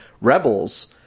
rebels